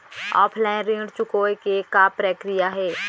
Offline ऋण चुकोय के का प्रक्रिया हे?